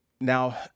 Now